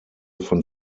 von